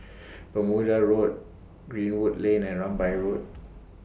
Bermuda Road Greenwood Lane and Rambai Road